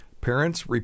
Parents